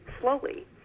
slowly